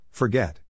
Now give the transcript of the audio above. Forget